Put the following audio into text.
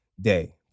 day